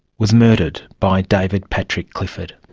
was murdered by david patrick clifford.